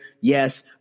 yes